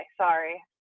Sorry